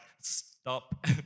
stop